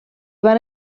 van